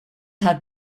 have